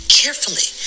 carefully